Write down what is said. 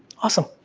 awesome,